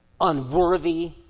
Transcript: unworthy